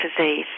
disease